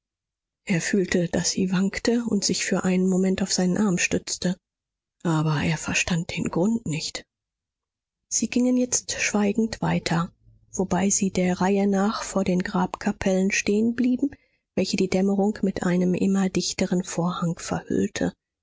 er fühlte daß sie wankte und sich für einen moment auf seinen arm stützte aber er verstand den grund nicht sie gingen jetzt schweigend weiter wobei sie der reihe nach vor den grabkapellen stehen blieben welche die dämmerung mit einem immer dichteren vorhang verhüllte